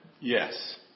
yes